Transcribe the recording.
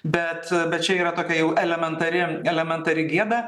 bet bet čia yra tokia jau elementari elementari gėda